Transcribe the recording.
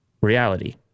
reality